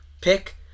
pick